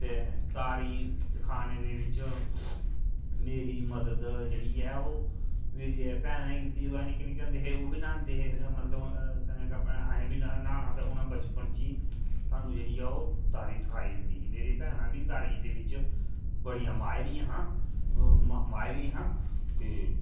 ते तारी सखाने दे बिच मेरी मदद जेह्ड़ी ऐ ओह् मेरियें भैनैं कीती अदूं अस निक्के निक्के होंदे हे ओह् बी न्हांदे हे मतलब सनें कपड़ें अस बी न्हाना ते उ'नें बचपन च ई सानूं जेह्ड़ी ऐ ओह् तारी सखाई ओड़दी ही मेरियां भैनां बी तारी दे बिच बड़ियां माहिर हियां माहिर हियां ते